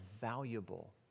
valuable